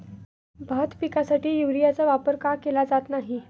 भात पिकासाठी युरियाचा वापर का केला जात नाही?